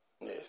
Yes